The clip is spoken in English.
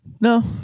No